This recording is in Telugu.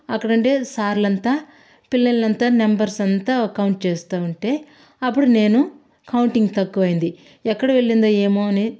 అక్కడ ఉండే సార్లంతా పిల్లలనంతా నంబర్స్ అంతా కౌంట్ చేస్తు ఉంటే అప్పుడు నేను కౌంటింగ్ తక్కువ అయ్యింది ఎక్కిడికి వెళ్ళింది ఏమో అని